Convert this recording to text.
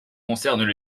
concernent